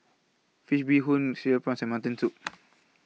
Fish Bee Hoon Cereal Prawns and Mutton Soup